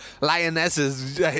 lionesses